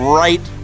right